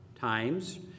times